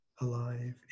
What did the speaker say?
alive